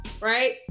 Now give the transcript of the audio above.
right